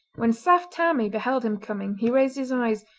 when saft tammie beheld him coming he raised his eyes,